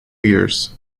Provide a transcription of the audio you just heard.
years